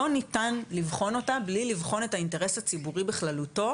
לא ניתן לבחון אותה בלי לבחון את האינטרס הציבורי בכללותו,